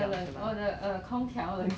like affected lah 就是